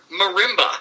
Marimba